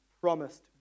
promised